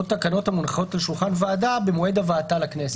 תקנות המונחות על שולחן הוועדה במועד הבאתן לכנסת.